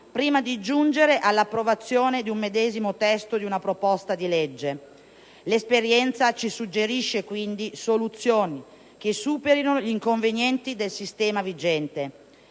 prima di giungere all'approvazione di un medesimo testo di una proposta di legge. L'esperienza ci suggerisce, quindi, soluzioni che superino gli inconvenienti del sistema vigente.